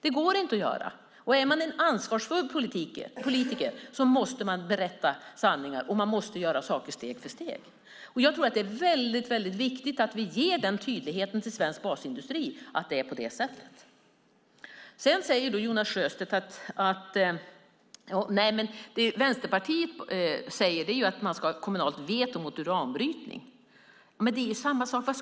Det går inte att göra så. Om man är ansvarsfull politiker måste man berätta sanningar, och man måste göra saker steg för steg. Jag tror att det är viktigt att vi ger denna tydlighet till svensk basindustri och talar om att det är på det sättet. Jonas Sjöstedt menar att det Vänsterpartiet säger är att man ska ha ett kommunalt veto mot uranbrytning. Det är ju samma sak! Vad